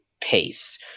pace